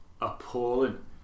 appalling